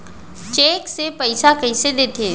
Cheque से पइसा कइसे देथे?